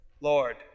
Lord